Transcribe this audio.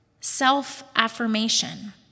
self-affirmation